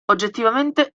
oggettivamente